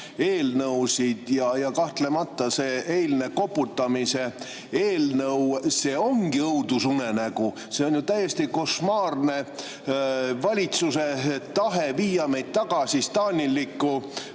eelnõusid ja kahtlemata see eilne koputamise eelnõu ongi õudusunenägu. See on ju täiesti košmaarne, valitsuse tahe viia meid tagasi stalinliku